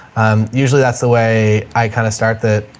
um usually that's the way i kind of start that.